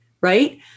Right